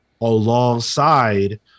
alongside